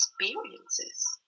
experiences